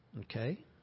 Okay